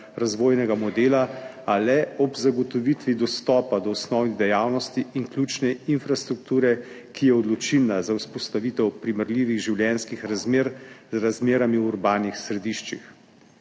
razvojnega modela, a le ob zagotovitvi dostopa do osnovnih dejavnosti in ključne infrastrukture, ki je odločilna za vzpostavitev primerljivih življenjskih razmer z razmerami v urbanih središčih.